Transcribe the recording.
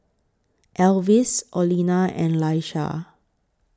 Alvis Orlena and Laisha